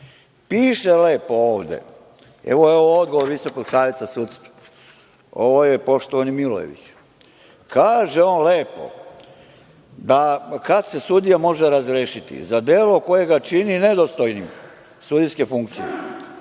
lepo ovde. Evo, ovo je odgovor Visokog saveta sudstva. Ovo je poštovani Milojeviću. Kaže on lepo kada se sudija može razrešiti za delo koje ga čini nedostojnim sudijske funkcije